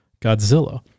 Godzilla